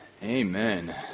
Amen